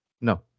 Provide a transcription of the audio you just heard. No